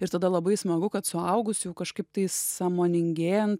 ir tada labai smagu kad suaugus jau kažkaip tai sąmoningėjant